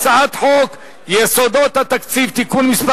הצעת חוק הרשויות המקומיות (בחירת ראש הרשות וסגניו וכהונתם) (תיקון מס'